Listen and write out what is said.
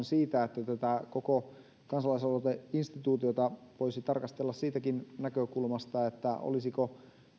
siitä että tätä koko kansalaisaloiteinstituutiota voisi tarkastella siitäkin näkökulmasta olisiko